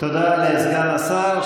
תודה לסגן השר.